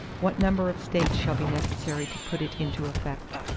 what number of states shall be necessary to put it into effect?